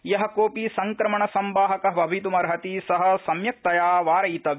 य कोऽपि संक्रमण संवाहक भवित्मर्हति स सम्यक्तया वारयितव्य